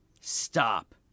Stop